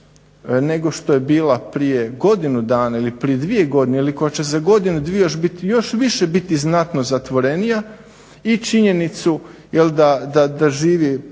nego što je bila prije godinu dana ili prije dvije godine ili koja će za godinu, dvije još više biti znatno zatvorenija. I činjenicu da živi